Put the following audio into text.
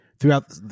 Throughout